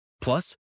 Plus